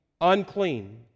unclean